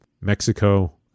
Mexico